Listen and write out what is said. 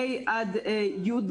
ה' י',